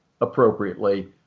appropriately